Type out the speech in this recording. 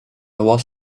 was